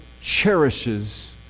cherishes